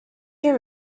you